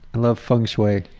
i love feng shui.